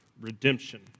redemption